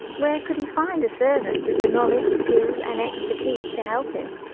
where could he find a servant with the knowledge, skills and expertise to help him?